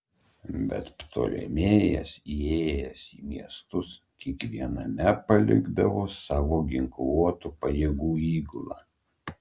bet ptolemėjas įėjęs į miestus kiekviename palikdavo savo ginkluotų pajėgų įgulą